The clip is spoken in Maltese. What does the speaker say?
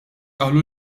qalu